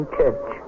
church